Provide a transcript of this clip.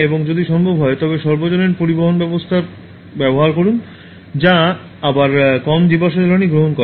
এবং যদি সম্ভব হয় তবে সর্বজনীন পরিবহণ ব্যবহার করুন যা আবার কম জীবাশ্ম জ্বালানী গ্রহণ করে